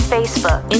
Facebook